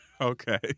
Okay